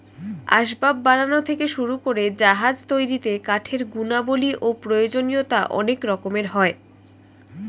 আসবাব বানানো থেকে শুরু করে জাহাজ তৈরিতে কাঠের গুণাবলী ও প্রয়োজনীয়তা অনেক রকমের হয়